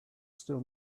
still